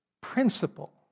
principle